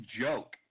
joke